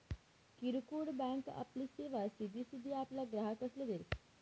किरकोड बँक आपली सेवा सिधी सिधी आपला ग्राहकसले देस